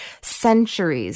centuries